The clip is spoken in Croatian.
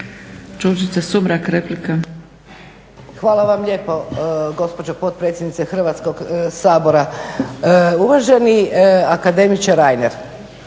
Đurđica (HDZ)** Hvala vam lijepo gospođo potpredsjednice Hrvatskog sabora. Uvaženi akademiče Reiner,